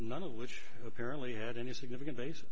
none of which apparently had any significant bas